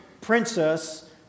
Princess